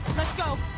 let's go.